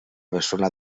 bessona